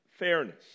fairness